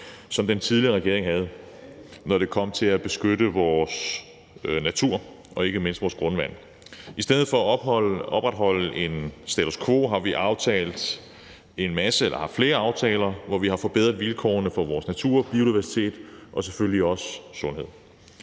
som ikke var tilstrækkelig, når det kom til at beskytte vores natur og ikke mindst vores grundvand. I stedet for at opretholde en status quo har vi lavet flere aftaler, hvor vi har forbedret vilkårene for vores natur, biodiversitet og selvfølgelig også vores sundhed.